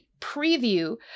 preview